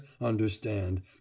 understand